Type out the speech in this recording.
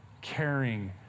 caring